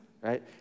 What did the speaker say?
right